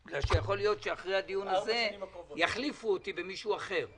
כי יכול להיות שאחרי הדיון הזה יחליפו אותי במישהו אחר.